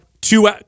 two